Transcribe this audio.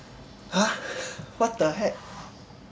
!huh! what the heck